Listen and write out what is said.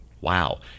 Wow